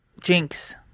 Jinx